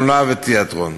קולנוע ותיאטרון.